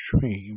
dream